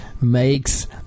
makes